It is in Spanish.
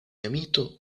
amito